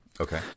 Okay